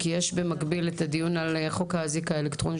כי יש במקביל את הדיון על חוק האזיק האלקטרוני,